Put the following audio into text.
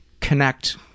connect